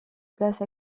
place